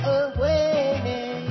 away